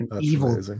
Evil